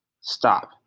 Stop